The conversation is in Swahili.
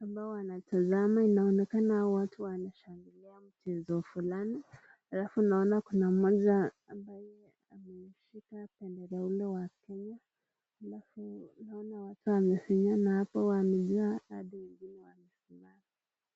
ambao wanatasama. Inaonekana hawa watu wanashangilia mchezo fulani alafu naona kuna moja ambaye ameshika bendera ile wa Kenya, alafu naona watu hapo wamefinyana wamejaa hadi wengine wanafinyana.